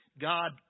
God